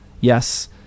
Yes